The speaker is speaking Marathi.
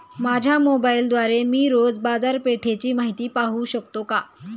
माझ्या मोबाइलद्वारे मी रोज बाजारपेठेची माहिती पाहू शकतो का?